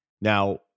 Now